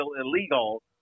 illegal